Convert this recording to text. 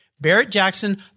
Barrett-Jackson